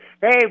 hey